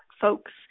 folks